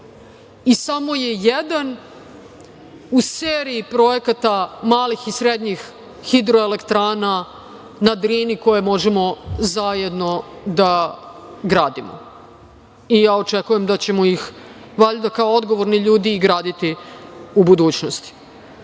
i samo je jedan u seriji projekata malih i srednjih hidroelektrana na Drini koje možemo zajedno da gradimo i ja očekujem da ćemo ih, valjda, kao odgovorni ljudi i graditi u budućnosti. Tako